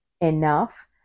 enough